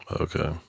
Okay